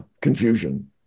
confusion